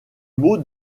mots